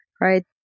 right